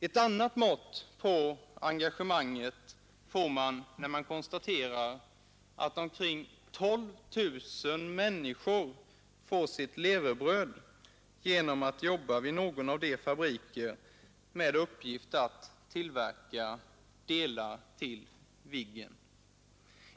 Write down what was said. Ett annat mått på engagemanget får man när man konstaterar att omkring 12 000 människor får sitt levebröd genom att jobba i någon av de fabriker som tillverkar delar till Viggen.